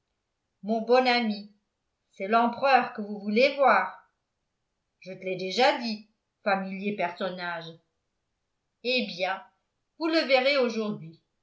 mon bon ami c'est l'empereur que vous voulez voir je te l'ai déjà dit familier personnage hé bien vous le verrez aujourd'hui